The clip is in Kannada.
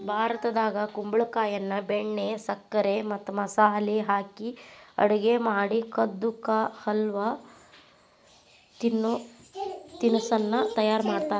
ಭಾರತದಾಗ ಕುಂಬಳಕಾಯಿಯನ್ನ ಬೆಣ್ಣೆ, ಸಕ್ಕರೆ ಮತ್ತ ಮಸಾಲೆ ಹಾಕಿ ಅಡುಗೆ ಮಾಡಿ ಕದ್ದು ಕಾ ಹಲ್ವ ಅನ್ನೋ ತಿನಸ್ಸನ್ನ ತಯಾರ್ ಮಾಡ್ತಾರ